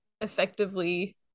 effectively